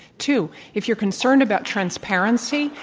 two, if you're concerned about transparency,